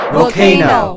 Volcano